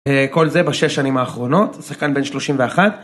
כל זה בשש שנים האחרונות, שחקן בן 31.